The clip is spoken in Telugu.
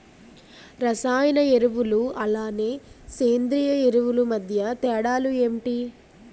రసాయన ఎరువులు అలానే సేంద్రీయ ఎరువులు మధ్య తేడాలు ఏంటి?